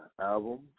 album